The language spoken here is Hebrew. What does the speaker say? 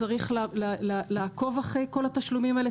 צריך לעקוב אחרי כל התשלומים האלה,